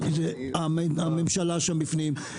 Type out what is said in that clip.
הממשלה שם בפנים,